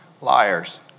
liars